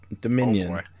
Dominion